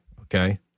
Okay